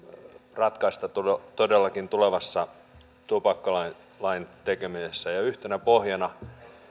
ratkaista todellakin tulevassa tupakkalain tekemisessä yhtenä pohjana